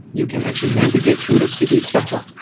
you can actually navigate through the city better.